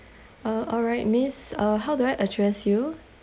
uh all right miss uh how do I address you